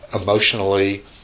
emotionally